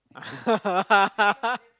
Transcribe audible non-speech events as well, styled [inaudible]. [laughs]